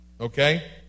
Okay